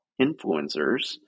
influencers